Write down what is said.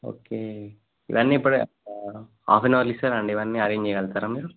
okay ఇవన్నీ ఇప్పుడ half an అవర్లో ఇస్తార అండి ఇవన్నీ అరేంజ్ చేయగలుగుతారా మీరు